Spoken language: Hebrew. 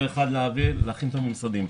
ולהכין את המשרדים.